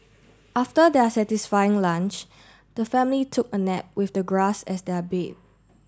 after their satisfying lunch the family took a nap with the grass as their bed